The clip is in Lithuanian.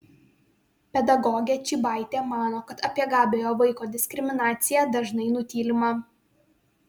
pedagogė čybaitė mano kad apie gabiojo vaiko diskriminaciją dažnai nutylima